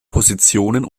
positionen